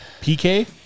PK